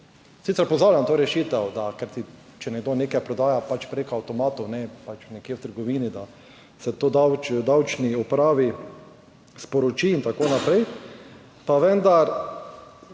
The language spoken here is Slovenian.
Sicer pozdravljam to rešitev da, kajti, če nekdo nekaj prodaja preko avtomatov nekje v trgovini, da se to da davčni upravi sporoči in tako naprej, pa vendar